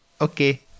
Okay